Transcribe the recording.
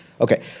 Okay